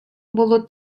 було